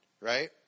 right